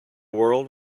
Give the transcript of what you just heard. world